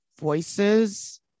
voices